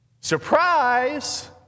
Surprise